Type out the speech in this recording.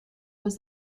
was